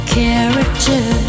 character